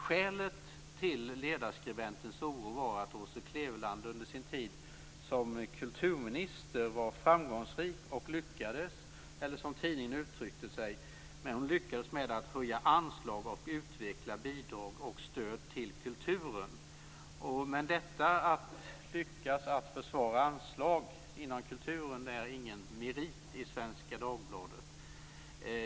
Skälet till ledarskribentens oro var att Åse Kleveland under sin tid som kulturminister var framgångsrik och lyckades, som tidningen uttrycker det, "höja anslag och utverka bidrag och stöd till kulturen". Men att lyckas försvara anslag inom kulturen är enligt Svenska Dagbladet ingen merit.